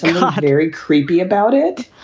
um ah not very creepy about it.